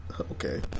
okay